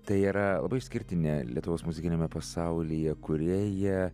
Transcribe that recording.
tai yra išskirtinė lietuvos muzikiniame pasaulyje kūrėja